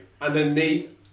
Underneath